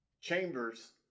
Chambers